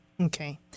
Okay